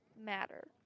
matter